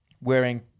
wearing